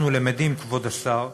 אנחנו למדים, כבוד השר,